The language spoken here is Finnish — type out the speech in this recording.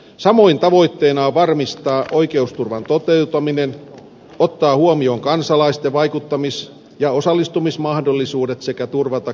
samoin tavoitteena on varmistaa oikeusturvan toteutuminen ottaa huomioon kansalaisten vaikuttamis ja osallistumismahdollisuudet sekä turvata kuntien vaikuttamismahdollisuudet